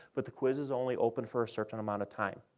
but the quiz is only open for a certain amount of time.